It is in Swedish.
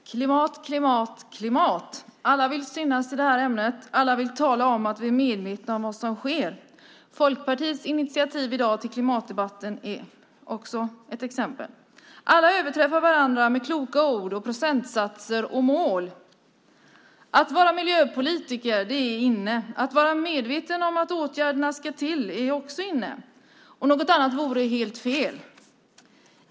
Herr talman! Klimat, klimat, klimat. Alla vill synas i det här ämnet. Alla vill tala om att vi är medvetna om vad som sker. Folkpartiets initiativ i dag till klimatdebatten är ett exempel. Alla överträffar varandra med kloka ord, procentsatser och mål. Att vara miljöpolitiker är inne. Att vara medveten om att åtgärderna ska till är också inne. Och något annat vore helt fel.